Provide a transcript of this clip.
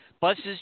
Buses